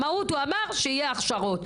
המהות הוא אמר שיהיו הכשרות.